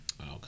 Okay